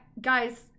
Guys